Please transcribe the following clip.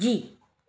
जी